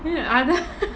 uh அதா:athaa